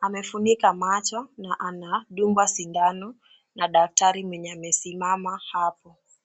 Amefunika macho na anadungwa sindano na daktari mwenye amesimama hapo.